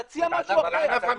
תציע משהו אחר.